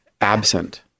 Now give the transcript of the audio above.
absent